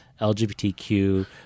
LGBTQ